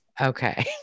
Okay